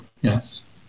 Yes